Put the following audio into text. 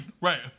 Right